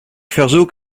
verzoek